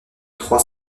trois